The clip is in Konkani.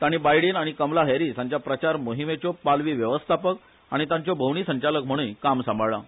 ताणी बाईडेन आनी कमला हेरीस हांच्या प्रचार मोहीमेच्यो पालवी वेवस्थापक आनी तांच्यो भोवणी संचालक म्हणूय काम सांबाळळा